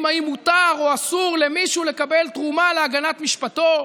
אם מותר או אסור למישהו לקבל תרומה להגנת משפטו,